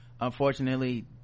unfortunately